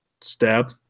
stab